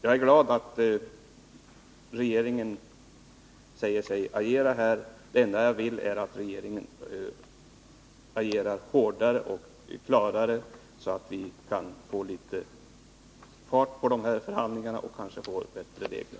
Jag är glad att regeringen säger sig agera. Det enda jag vill är att regeringen agerar hårdare och klarare, så att vi kan få fart på förhandlingarna och kanske få bättre regler.